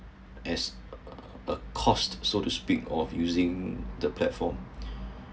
as uh a cost so to speak of using the platform